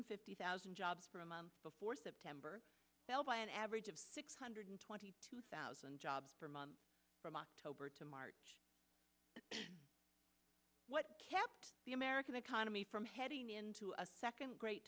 fifty thousand jobs for a month before september an average of six hundred twenty two thousand jobs per month from october to march what kept the american economy from heading into a second great